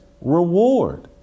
reward